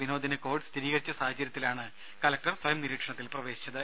വിനോദിന് Covid സ്ഥിരീകരിച്ച സാഹചര്യത്തിലാണ് collector സ്വയം നിരീക്ഷണത്തിൽ പ്രവേശിച്ചത്